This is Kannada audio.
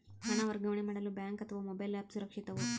ಹಣ ವರ್ಗಾವಣೆ ಮಾಡಲು ಬ್ಯಾಂಕ್ ಅಥವಾ ಮೋಬೈಲ್ ಆ್ಯಪ್ ಸುರಕ್ಷಿತವೋ?